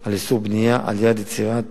של איסור בנייה, על-ידי יצירת